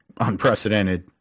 unprecedented